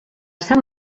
sant